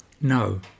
No